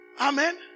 Amen